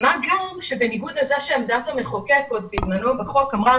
מה גם שבניגוד לזה שעמדת המחוקק עוד בזמנו בחוק אמרה